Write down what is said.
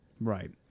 Right